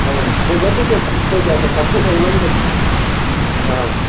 మేము పంపిస్తాం మా అబ్బాయి చేత తక్కువ టైంలో పంపిస్తాం